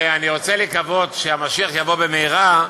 ואני רוצה לקוות שהמשיח יבוא במהרה,